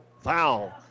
foul